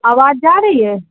आवाज जा रही है